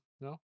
No